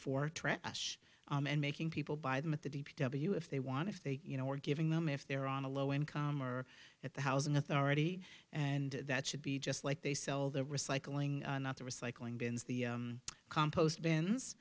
or trash and making people buy them at the d p w if they want if they you know we're giving them if they're on a low income or at the housing authority and that should be just they sell the recycling not the recycling bins the compost bins